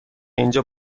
اینجا